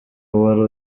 wari